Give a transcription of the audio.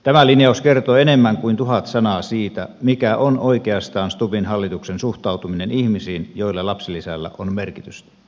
tämä linjaus kertoo enemmän kuin tuhat sanaa siitä mikä on oikeastaan stubbin hallituksen suhtautuminen ihmisiin joille lapsilisällä on merkitystä